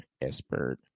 expert